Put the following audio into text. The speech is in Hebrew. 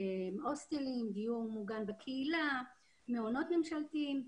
הוסטלים, דיור מוגן בקהילה, מעונות ממשלתיים.